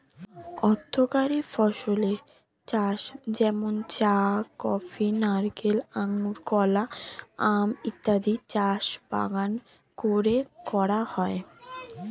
অর্থকরী ফসলের চাষ যেমন চা, কফি, নারিকেল, আঙুর, কলা, আম ইত্যাদির চাষ বাগান করে করা হয়